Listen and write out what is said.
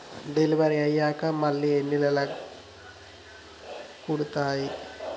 Delivery అయ్యాక మళ్ళీ ఎన్ని నెలలకి కడుతాయి?